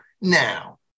now